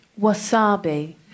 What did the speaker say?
Wasabi